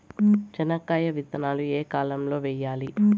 చెనక్కాయ విత్తనాలు ఏ కాలం లో వేయాలి?